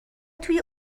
توی